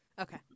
Okay